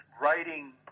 writing